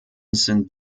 sind